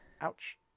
Ouch